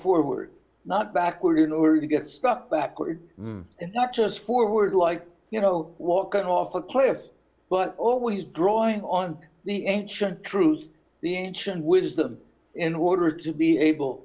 forward not backward in order to get stuck backward and not just forward like you know walking off a cliff but always drawing on the ancient truth the ancient wisdom in order to be able